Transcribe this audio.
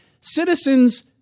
citizens